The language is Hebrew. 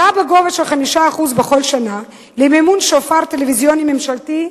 בכל שנה למימון שופר טלוויזיוני ממשלתי?